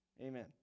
Amen